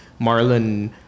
marlon